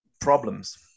problems